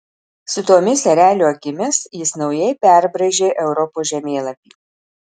su tomis erelio akimis jis naujai perbraižė europos žemėlapį